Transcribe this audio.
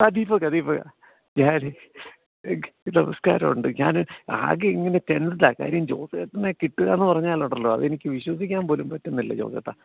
ആ ദീപകാ ദീപക് ഞാൻ എനിക്ക് നാമസ്കാരമുണ്ട് ഞാൻ ആകെ ഇങ്ങനെ ടെൻസ്ഡ് ആ കാര്യം ജോസേട്ടനെ കിട്ടുക എന്ന് പറഞ്ഞാലുണ്ടല്ലോ അത് എനിക്ക് വിശ്വസിക്കാൻ പോലും പറ്റുന്നില്ല ജോസേട്ടാ